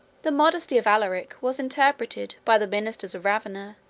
the modesty of alaric was interpreted, by the ministers of ravenna,